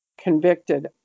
convicted